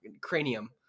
cranium